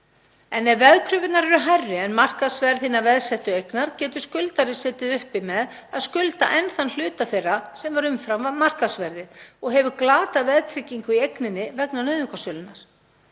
Ef veðkröfurnar eru hærri en markaðsverð hinnar veðsettu eignar getur skuldari setið uppi með að skulda enn þann hluta þeirra sem var umfram markaðsverðið og hefur glatað veðtryggingu í eigninni vegna nauðungarsölunnar.